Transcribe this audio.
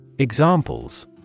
Examples